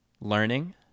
learning